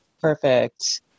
Perfect